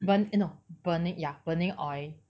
burn eh no burning ya burning oil